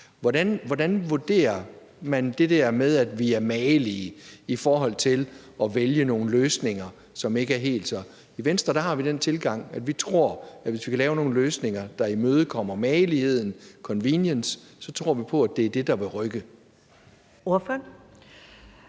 Hvordan vurderer man det der med, at vi er magelige, i forhold til at vælge løsninger? I Venstre har vi den tilgang, at hvis vi kan lave nogle løsninger, der imødekommer den magelighed, den convenience, tror vi på, at det er det, der vil rykke. Kl.